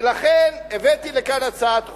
ולכן הבאתי לכאן הצעת חוק,